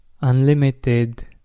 unlimited